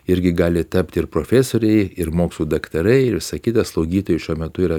irgi gali tapti ir profesoriai ir mokslų daktarai ir visa kita slaugytojai šiuo metu yra